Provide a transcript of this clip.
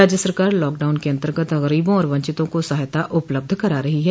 राज्य सरकार लॉकडाउन के अन्तर्गत गरीबों और वंचितों को सहायता उपलब्ध करा रही है